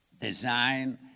design